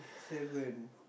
seven